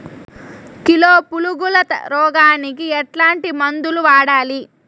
Kilo పులుగుల రోగానికి ఎట్లాంటి మందులు వాడాలి?